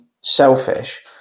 selfish